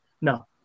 no